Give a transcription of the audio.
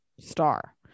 Star